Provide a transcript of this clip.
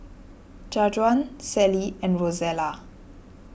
Jajuan Sallie and Rozella